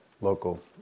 local